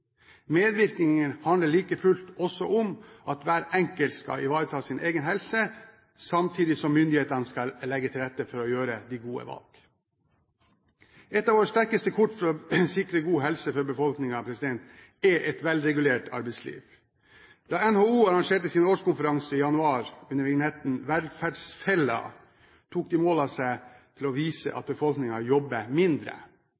Medvirkning handler like fullt også om at hver enkelt skal ivareta sin egen helse, samtidig som myndighetene skal legge til rette for å gjøre de gode valg. Et av våre sterkeste kort for å sikre en god helse for befolkningen er et velregulert arbeidsliv. Da NHO arrangerte sin årskonferanse i januar under vignetten Velferdsfella, tok de mål av seg til å vise